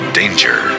danger